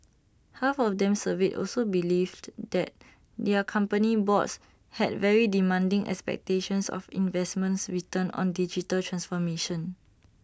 half of them surveyed also believed that their company boards had very demanding expectations of investments returns on digital transformation